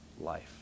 life